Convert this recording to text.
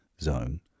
zone